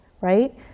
right